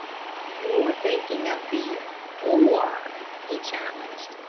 you're thinking of the or? he challenged,